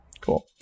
Cool